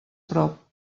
prop